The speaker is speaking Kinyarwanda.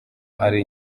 ari